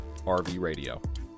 RVRADIO